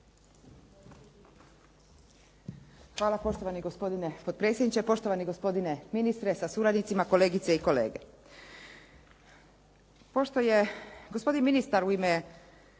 Hvala poštovani gospodine potpredsjedniče, poštovani gospodine ministre sa suradnicima, kolegice i kolege. Pošto je gospodin ministar u ime,